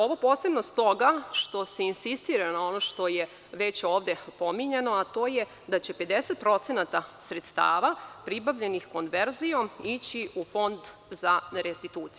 Ovo posebno s toga što se insistira na onome što je već ovde pominjano, a to je da će 50% sredstava pribavljenih konverzijom ići u Fond za restituciju.